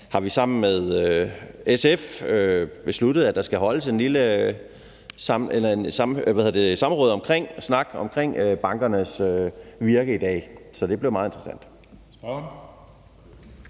har vi sammen med SF besluttet, at der skal holdes et lille samråd om bankernes virke i dag. Så det bliver meget interessant.